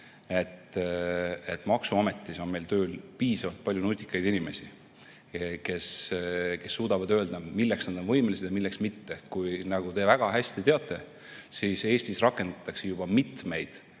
et maksuametis on tööl piisavalt palju nutikaid inimesi, kes suudavad öelda, milleks nad on võimelised ja milleks mitte. Nagu te väga hästi teate, siis Eestis rakendatakse juba mitmeid